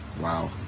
Wow